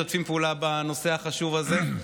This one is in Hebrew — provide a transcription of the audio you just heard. הרבה שנים משתפים פעולה בנושא החשוב הזה.